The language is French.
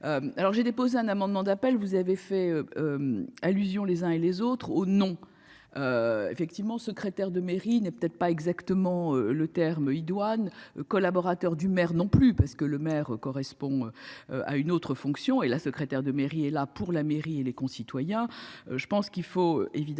Alors j'ai déposé un amendement d'appel. Vous avez fait. Allusion les uns et les autres au nom. Effectivement, secrétaire de mairie n'peut-être pas exactement le terme idoine collaborateur du maire non plus parce que le maire correspond. À une autre fonction et la secrétaire de mairie et là pour la mairie et les concitoyens. Je pense qu'il faut évidemment